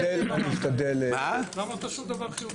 אנסה לתמצת את דבריי.